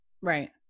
Right